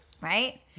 Right